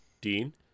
Dean